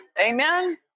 Amen